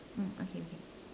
mm okay okay